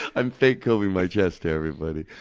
i'm fake-combing my chest hair, everybody.